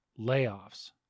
layoffs